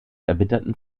erbitterten